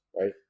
right